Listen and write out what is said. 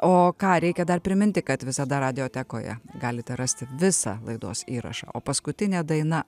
o ką reikia dar priminti kad visada radiotekoje galite rasti visą laidos įrašą o paskutinė daina